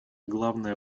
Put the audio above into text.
главная